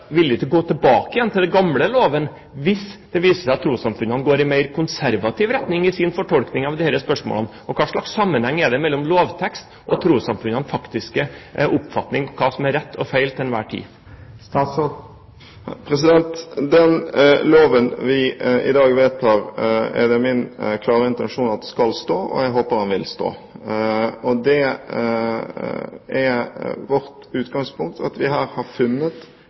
gå tilbake igjen til den gamle loven hvis det viser seg at trossamfunnene går i mer konservativ retning i sin fortolkning av disse spørsmålene? Og hva slags sammenheng er det mellom lovtekst og trossamfunnenes faktiske oppfatning av hva som er rett og feil til enhver tid? Den loven vi i dag vedtar, er det min klare intensjon at skal stå, og jeg håper den vil stå. Det er vårt utgangspunkt. Vi har her funnet